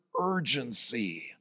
urgency